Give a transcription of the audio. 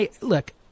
Look